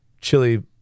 Chili